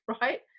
right